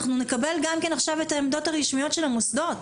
אנחנו נשמע עכשיו את העמדות הרשמיות של המוסדות.